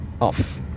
off